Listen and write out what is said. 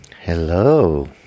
Hello